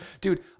dude